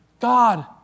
God